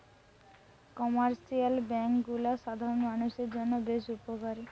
commercial bank গুলা সাধারণ মানুষের জন্য বেশ উপকারী